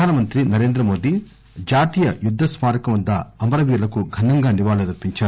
ప్రధాన మంత్రి నరేంద్ర మోదీ జాతీయ యుద్ద స్మారకం వద్ద అమర వీరులకు ఘనంగా నివాళులర్పించారు